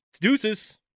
Deuces